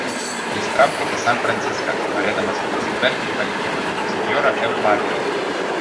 jis traukia į san franciską norėdamas pasigvelbti palikimą senjora eulalija